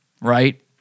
right